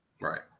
right